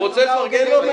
הוא רוצה לפרגן לו.